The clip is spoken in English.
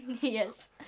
Yes